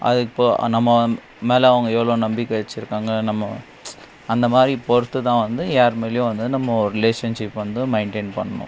அது இப்போது நம்ம மேல் அவங்க எவ்வளோ நம்பிக்கை வச்சிருக்காங்க நம்ம அந்த மாதிரி பொறுத்து தான் வந்து யார் மேலேயும் வந்து நம்ம ஒரு ரிலேஷன்ஷிப் வந்து மெயின்டெயின் பண்ணணும்